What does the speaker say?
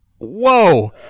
whoa